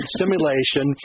simulation